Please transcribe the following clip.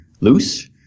loose